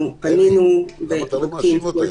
אלי, למה אתה לא מאשים אותה?